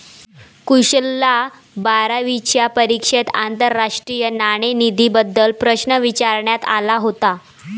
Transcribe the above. कुशलला बारावीच्या परीक्षेत आंतरराष्ट्रीय नाणेनिधीबद्दल प्रश्न विचारण्यात आला होता